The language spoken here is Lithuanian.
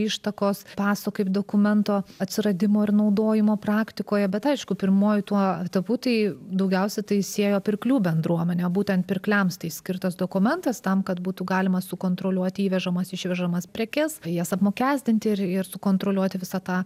ištakos paso kaip dokumento atsiradimo ir naudojimo praktikoje bet aišku pirmuoju tuo etapu tai daugiausia tai siejo pirklių bendruomenė būtent pirkliams tai skirtas dokumentas tam kad būtų galima sukontroliuoti įvežamas išvežamas prekes jas apmokestinti ir ir sukontroliuoti visą tą